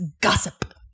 gossip